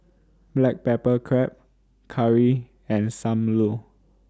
Black Pepper Crab Curry and SAM Lau